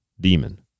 demon